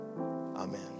Amen